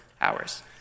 hours